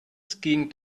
skiing